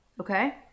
Okay